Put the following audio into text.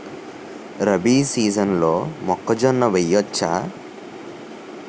రబీ సీజన్లో మొక్కజొన్న వెయ్యచ్చా?